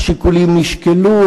השיקולים נשקלו,